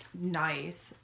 nice